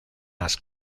las